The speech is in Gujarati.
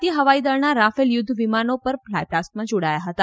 ભારતીય હવાઈદળના રાફેલ યુધ્ધ વિમાનો પર ફ્લાયપાસ્ટમાં જોડાયા હતા